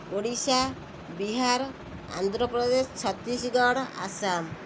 Odisha Bihar Andhra Pradesh Chhattisgarh Assam